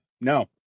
no